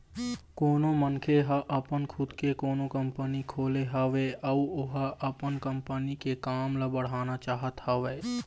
कोनो मनखे ह अपन खुद के कोनो कंपनी खोले हवय अउ ओहा अपन कंपनी के काम ल बढ़ाना चाहत हवय